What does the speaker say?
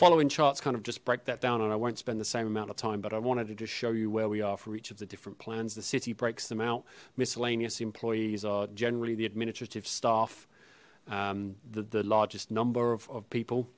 following charts kind of just break that down and i won't spend the same amount of time but i wanted to show you where we are for each of the different plans the city breaks them out miscellaneous employees are generally the administrative staff the the largest number of people